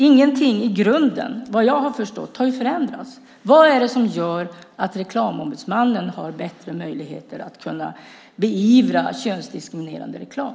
Ingenting har i grunden förändrats, vad jag har förstått. Vad är det som gör att Reklamombudsmannen har bättre möjligheter att beivra könsdiskriminerande reklam?